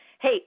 hey